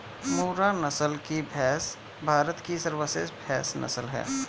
मुर्रा नस्ल की भैंस भारत की सर्वश्रेष्ठ भैंस नस्ल है